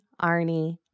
Arnie